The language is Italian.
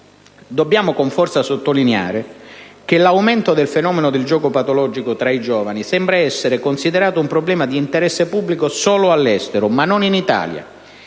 Dobbiamo con forza sottolineare che l'aumento del fenomeno del gioco patologico tra i giovani sembra essere considerato un problema di interesse pubblico solo all'estero, ma non in Italia.